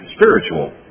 spiritual